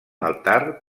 altar